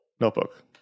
notebook